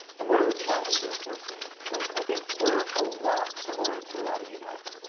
and what are the challenges we're seeing? cause i think we're a lot similar to a lot of you guys.